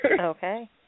Okay